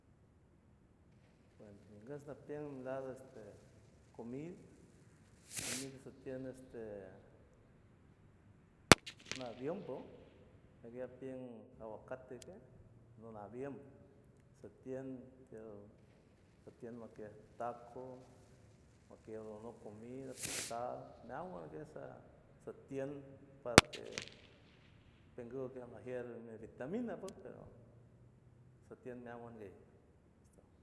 Bueno ningush quiel ñil lado este comid comid ñesutiem este una avionbo comia bien aguacate que nolabiem setiem quie lose tacos, laquiero una comida tostadas, neaguanguesa septiem para que lenguies laganguies lo vitaminas pues pero setiem meaguanguier